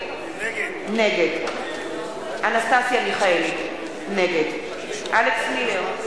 נגד אנסטסיה מיכאלי, נגד אלכס מילר,